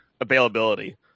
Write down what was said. availability